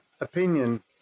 opinion